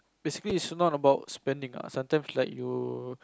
basically it's not about spending ah sometimes like you